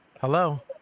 Hello